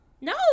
No